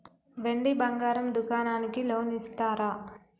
వెండి బంగారం దుకాణానికి లోన్ ఇస్తారా?